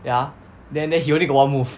ya then then he only one move